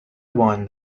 one